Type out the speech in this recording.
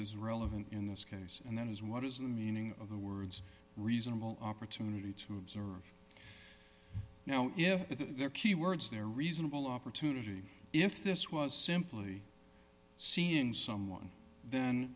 is relevant in this case and that is what is the meaning of the words reasonable opportunity to observe now if there are key words there reasonable opportunity if this was simply seeing someone then